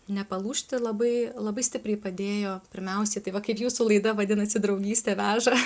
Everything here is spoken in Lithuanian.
nepalūžti labai labai stipriai padėjo pirmiausiai tai va kaip jūsų laida vadinasi draugystė veža